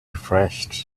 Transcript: refreshed